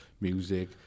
music